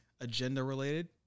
Agenda-related